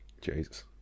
Jesus